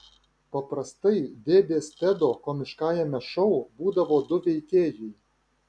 paprastai dėdės tedo komiškajame šou būdavo du veikėjai